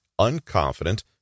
unconfident